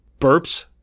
burps